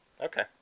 Okay